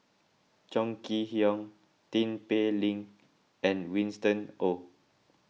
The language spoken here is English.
Chong Kee Hiong Tin Pei Ling and Winston Oh